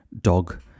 dog